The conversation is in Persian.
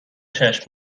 چشم